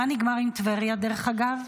מה נגמר עם טבריה, דרך אגב?